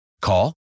Call